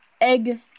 egg